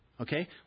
Okay